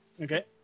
Okay